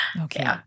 Okay